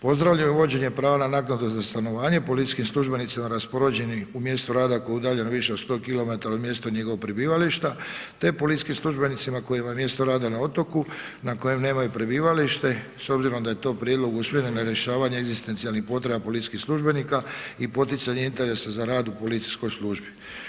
Pozdravljaju uvođenje pravna naknada za stanovanje policijskim službenicima raspoređenim u mjestu rada koje je udaljeno više od 100 km od mjesta njegovog prebivališta te policijskim službenicima koja je mjesto rada na otoku na kojem nemaju prebivalište s obzirom da je to prijedlog usmjeren na rješavanje egzistencijalnih potreba policijskih službenika i poticanje interesa za rad u policijskoj službi.